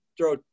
throw